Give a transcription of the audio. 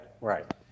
right